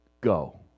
go